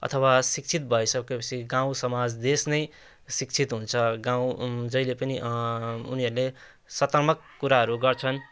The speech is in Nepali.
अथवा शिक्षित भइसकेपछि गाउँसमाज देश नै शिक्षित हुन्छ गाउँ जहिले पनि उनीहरूले सकारात्मक कुराहरू गर्छन्